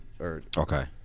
Okay